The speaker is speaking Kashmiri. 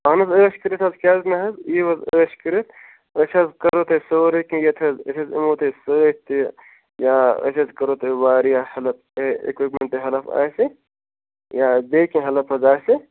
اَہَن حظ ٲش کٔرِتھ حظ کیٛازِ نہٕ حظ ییِو حظ ٲش کٔرِتھ أسۍ حظ کَرو تۄہہِ سورُے کیٚنٛہہ یتھ حظ أسۍ حظ یِمو تۄہہ سۭتۍ تہِ یا أسۍ حظ کَرو تۄہہِ واریاہ ہیلپ اِکیٛوٗپمٮ۪نٛٹ ہیلپ آسہِ یا بیٚیہِ کیٚنٛہہ ہیلپ حظ آسہِ